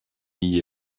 n’y